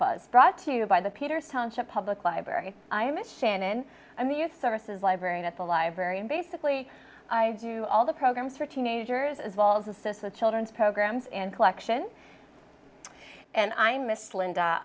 you by the peters township public library i am a shannon i'm youth services librarian at the library and basically i do all the programs for teenagers as vols assist the children's programs and collection and i miss linda